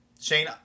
Shane